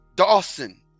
Dawson